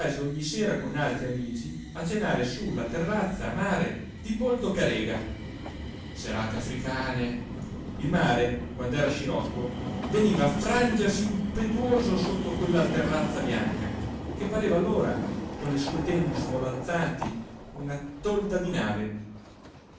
ogni sera con altri amici a cenare su la terrazza a mare di poldo carega serate africane il mare quand'era scirocco veniva a frangersi impetuoso sotto quella terrazza bianca che pareva allora con le sue tende svolazzanti una tolda di nave